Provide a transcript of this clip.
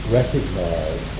recognize